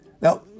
Now